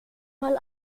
mal